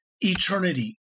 eternity